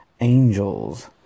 angels